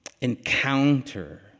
encounter